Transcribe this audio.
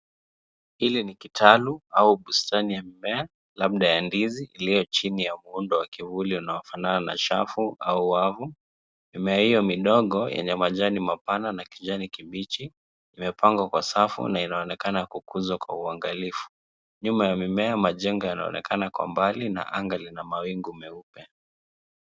Hili ni kitalu au bustani ya mimea labda ya ndizi iliyo chini ya muundo wa kivuli unaofanana na shafu au wavu. Mimea hiyo midogo yenye majani mapana na kijani kibichi imepangwa kwa safu na inaonekana kukuzwa kwa uangalifu. Nyuma ya mimea majengo yanaonekana kwa mbali na anga lina mawingu meupe.